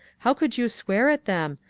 how could you swear at them?